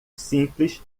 simples